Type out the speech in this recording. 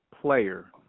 player